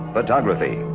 photography,